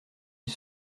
ils